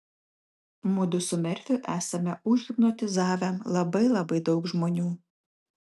mudu su merfiu esame užhipnotizavę labai labai daug žmonių